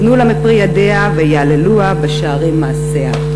תנו לה מפרי ידיה ויהללוה בשערים מעשיה".